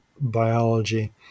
biology